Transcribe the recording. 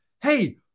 hey